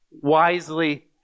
wisely